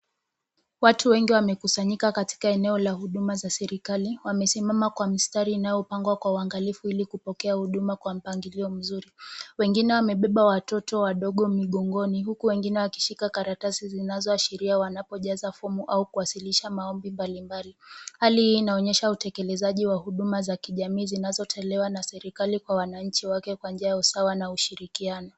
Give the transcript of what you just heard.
Watu wengi wamekusanyika katika eneo la huduma za serikali, wamesimama kwa mistari inayopangwa kwa uangalifu ili kupokea huduma kwa mpangilio mzuri. Wengine wamebeba watoto wadogo migongoni huku wengine wakishika karatasi zinazoashiria wanapozaja fomu au kuwasilisha maombi mbalimbali. Hali hii inaonyesha utekelezaji wa huduma za kijamii zinazotolewa na serikali kwa wananchi wote kwa njia ya usawa na ushirikiano.